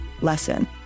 lesson